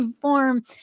form